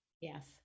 Yes